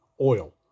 oil